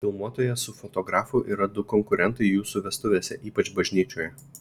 filmuotojas su fotografu yra du konkurentai jūsų vestuvėse ypač bažnyčioje